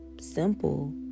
Simple